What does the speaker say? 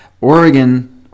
Oregon